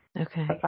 Okay